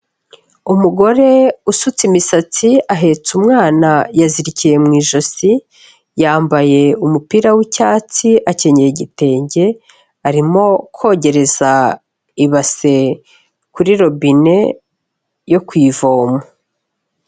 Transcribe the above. Umugore usutse imisatsi, ahetse umwana, yazirikiye mu ijosi, yambaye umupira w'icyatsi, akenyeye igitenge, arimo kogereza ibase kuri robine yo ku ivoma.